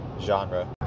genre